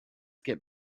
get